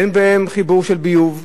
אין בהן חיבור של ביוב,